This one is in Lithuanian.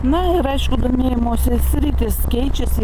na ir aišku domėjimosi sritys keičiasi